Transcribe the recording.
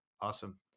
Awesome